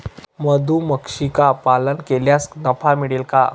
मधुमक्षिका पालन केल्यास नफा मिळेल का?